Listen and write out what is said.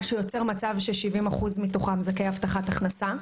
מה שיוצר מצב ש-70 אחוז מתוכם הם זכאי הבטחת הכנסה.